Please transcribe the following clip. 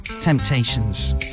temptations